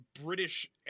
British